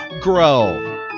grow